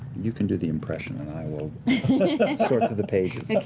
you can do the impression, and i will sort through the pages.